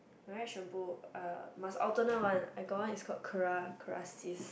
my right shampoo uh must alternate one I got one is called Kera Kerasys